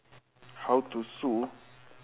how to sue